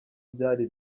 byari